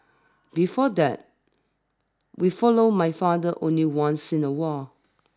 before that we followed my father only once in a while